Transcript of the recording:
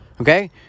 okay